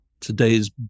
today's